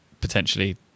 potentially